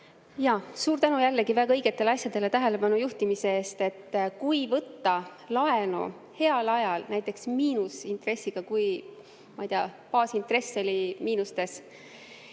Jaa. Suur tänu jällegi väga õigetele asjadele tähelepanu juhtimise eest! Kui võtta laenu heal ajal, näiteks miinusintressiga, ma ei tea, kui baasintress oli miinustes,